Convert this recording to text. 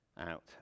out